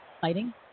fighting